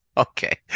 Okay